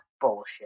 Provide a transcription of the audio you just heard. bullshit